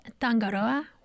Tangaroa